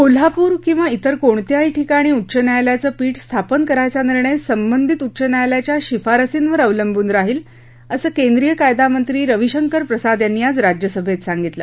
कोल्हापूर किंवा इतर कोणत्याही ठिकाणी उच्च न्यायालयाचं पीठ स्थापन करायचा निर्णय संबंधित उच्च न्यायालयाच्या शिफारशींवर अवलंबून राहिल असं केंद्रीय कायदा मंत्री रविशंकर प्रसाद यांनी आज राज्यसभेत सांगितलं